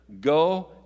go